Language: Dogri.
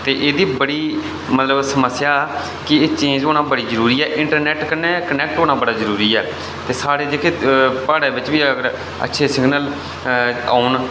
ते एह्दी बड़ी मतलब समस्या कि एह् चेंज होना बड़ी जरूरी ऐ इंटरनैट कन्नै कनैक्ट होना बड़ा जरूरी ऐ ते साढ़े जेह् ड़े प्हाड़ा बिच बी अच्छे सिगनल औन